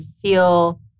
feel